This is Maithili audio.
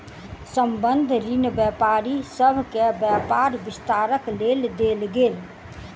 संबंद्ध ऋण व्यापारी सभ के व्यापार विस्तारक लेल देल गेल